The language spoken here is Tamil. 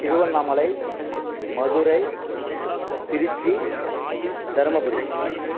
திருவண்ணாமலை மதுரை திருச்சி தருமபுரி